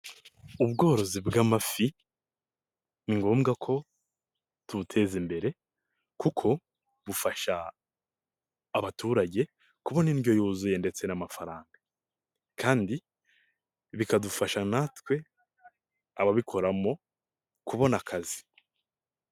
Ubworozi bw'amafi ni ngombwa ko tubuteza imbere kuko bufasha abaturage kubona indyo yuzuye ndetse n'amafaranga kandi bikadufasha natwe ababikoramo kubona akazi.